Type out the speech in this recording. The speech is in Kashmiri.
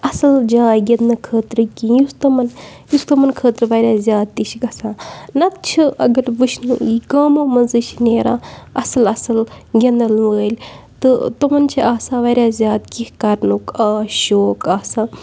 اَصٕل جاے گِنٛدنہٕ خٲطرٕ کینٛہہ یُتھ تِمَن یُس تِمَن خٲطرٕ واریاہ زیادٕ تہِ چھِ گژھان نَتہٕ چھِ اگر وٕچھنہٕ یی گامو منٛزٕے چھِ نیران اَصٕل اَصٕل گِنٛدان وٲلۍ تہٕ تِمَن چھِ آسان واریاہ زیادٕ کینٛہہ کَرنُک آ شوق آسان